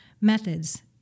methods